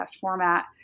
format